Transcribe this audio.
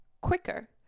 quicker